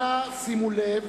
אנא שימו לב